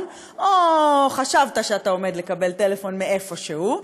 או חשבת שאתה עומד לקבל טלפון מאיפשהו,